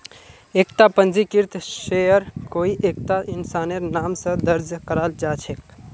एकता पंजीकृत शेयर कोई एकता इंसानेर नाम स दर्ज कराल जा छेक